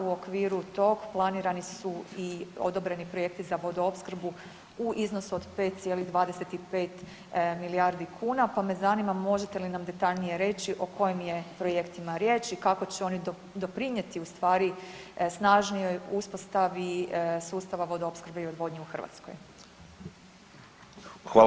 U okviru tog planirani su i odobreni projekti za vodoopskrbu u iznosu od 5,25 milijardi kuna pa me zanima možete li nam detaljnije reći o kojim je projektima riječ i kako će oni doprinijeti ustvari snažnoj uspostavi sustava vodoopskrbe i odvodnje u Hrvatskoj.